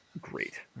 great